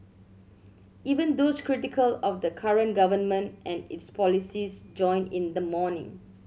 even those critical of the current government and its policies joined in the mourning